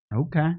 Okay